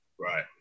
Right